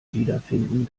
wiederfinden